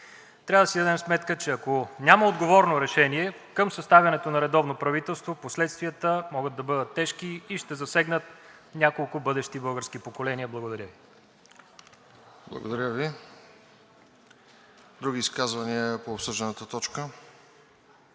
Трябва да си дадем сметка, че ако няма отговорно решение към съставянето на редовно правителство, последствията могат да бъдат тежки и ще засегнат няколко бъдещи български поколения. Благодаря Ви. ПРЕДСЕДАТЕЛ РОСЕН ЖЕЛЯЗКОВ: Благодаря Ви. Други изказвания по обсъжданата точка?